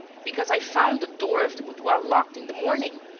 because i found the door of the boudoir locked in the morning.